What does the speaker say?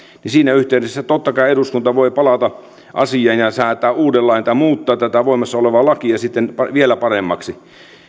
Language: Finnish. niin siinä yhteydessä totta kai eduskunta voi palata asiaan ja säätää uuden lain tai muuttaa tätä voimassa olevaa lakia sitten vielä paremmaksi